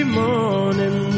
morning